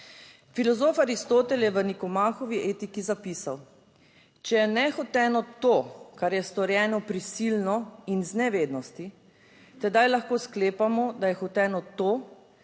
Filozof Aristotel je v Nikomahovi etiki zapisal: "Če je nehoteno to, kar je storjeno prisilno in iz nevednosti, tedaj lahko sklepamo, da je hoteno to,